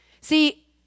See